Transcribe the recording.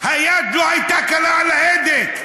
היד לא הייתה קלה על ההדק.